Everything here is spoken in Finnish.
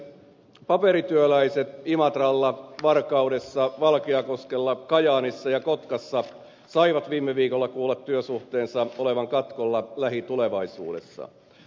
paperityöläiset imatralla varkaudessa valkeakoskella kajaanissa ja kotkassa saivat viime viikolla kuulla työsuhteensa olevan katkolla lähitulevaisuudessa